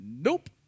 Nope